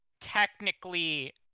technically